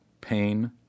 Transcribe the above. pain